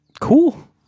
Cool